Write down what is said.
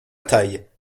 taille